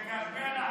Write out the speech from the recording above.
מירב, מקבל החסות,